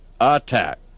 attack